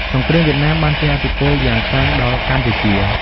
សង្គ្រាមវៀតណាមបានជះឥទ្ធិពលយ៉ាងខ្លាំងដល់កម្ពុជា។